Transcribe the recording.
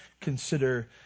consider